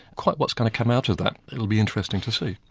quite what's going to come out of that it will be interesting to see.